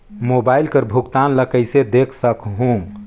Mobile कर भुगतान ला कइसे देख सकहुं?